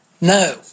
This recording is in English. No